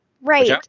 Right